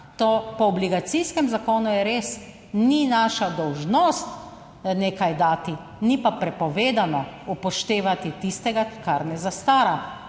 To po obligacijskem zakonu je res, ni naša dolžnost nekaj dati, ni pa prepovedano upoštevati tistega, kar ne zastara